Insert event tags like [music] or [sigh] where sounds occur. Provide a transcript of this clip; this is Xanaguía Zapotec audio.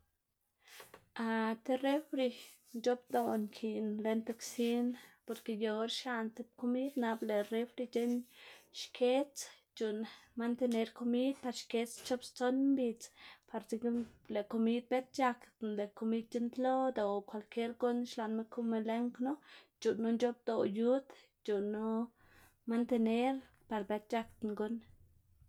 [noise] [hesitation] ti refri nc̲h̲oꞌbdoꞌ nkiꞌn lën ti kwsin, porke yu or xiaꞌn tib komid nap lëꞌ refri c̲h̲eꞌn xkedz c̲h̲uꞌnn mantener komid par xkedz schop stson mbidz, par dzekna lëꞌ komid bët c̲h̲akdna, lëꞌ komid c̲h̲uꞌnntloda o kwalkier guꞌn xlaꞌnma kuma lën knu c̲h̲uꞌnnu nc̲h̲oꞌbdoꞌ yud, c̲h̲uꞌnnu mantener par bët c̲h̲akdna guꞌn.